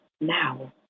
now